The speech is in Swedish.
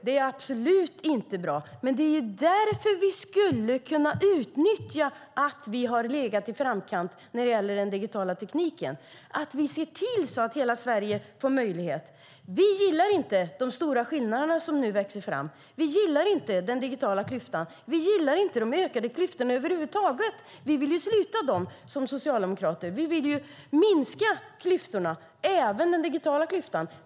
Det är absolut inte bra. Men det är ju därför vi skulle kunna utnyttja att vi har legat i framkant när det gäller den digitala tekniken, att vi ser till att hela Sverige får möjligheter. Vi gillar inte de stora skillnader som nu växer fram. Vi gillar inte den digitala klyftan. Vi gillar inte de ökade klyftorna över huvud taget. Vi socialdemokrater vill minska klyftorna, även den digitala klyftan.